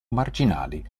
marginali